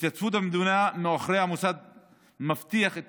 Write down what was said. התייצבות המדינה מאחורי המוסד מבטיחה את